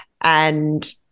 and-